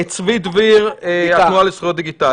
צבי דביר, התנועה לזכויות דיגיטליות.